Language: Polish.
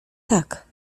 tak